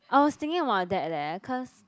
I was thinking about that leh cause